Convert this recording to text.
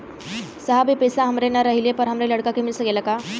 साहब ए पैसा हमरे ना रहले पर हमरे लड़का के मिल सकेला का?